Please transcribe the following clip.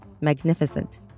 magnificent